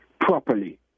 properly